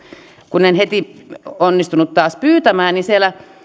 kun en heti onnistunut taas pyytämään kun